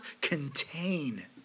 contain